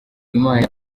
imana